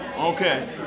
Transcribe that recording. okay